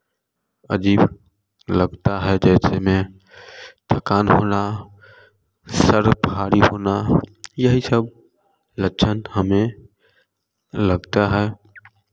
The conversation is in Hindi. अजीब लगता है जैसे मैं थकान होना सर भारी होना यही सब लक्षण हमें लगता है